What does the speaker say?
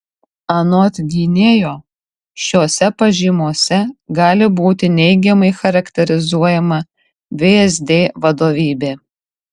anot gynėjo šiose pažymose gali būti neigiamai charakterizuojama vsd vadovybė